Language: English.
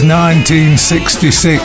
1966